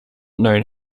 known